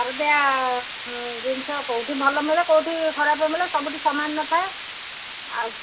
ସାର ଦିଆ ଜିନିଷ କେଉଁଠି ଭଲ ମିଳେ କେଉଁଠି ଖରାପ ମିଳେ ସବୁଠି ସମାନ ନଥାଏ ଆଉ